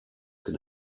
can